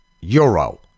euro